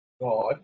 God